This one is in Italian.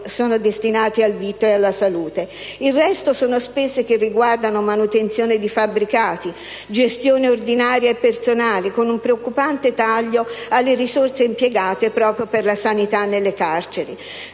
sono destinati al vitto e alla salute; il resto sono spese che riguardano manutenzione dei fabbricati, gestione ordinaria e personale, con un preoccupante taglio alle risorse impiegate proprio per la sanità nelle carceri.